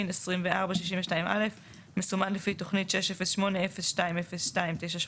ש/62/24/א (המסומן לפי תכנית 608-0202986,